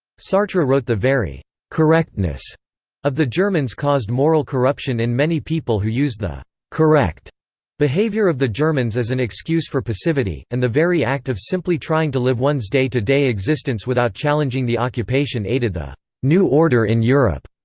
sartre wrote the very correctness of the germans caused moral corruption in many people who used the correct behavior of the germans as an excuse for passivity, and the very act of simply trying to live one's day-to-day existence without challenging the occupation aided the new order in europe,